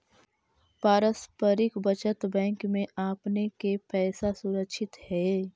पारस्परिक बचत बैंक में आपने के पैसा सुरक्षित हेअ